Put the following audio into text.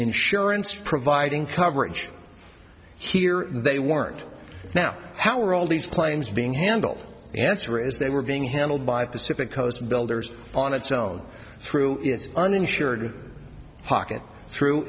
insurance providing coverage here they weren't now how are all these claims being handled answer as they were being handled by pacific coast builders on its own through its uninsured pocket t